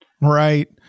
Right